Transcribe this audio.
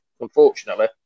unfortunately